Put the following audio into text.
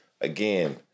again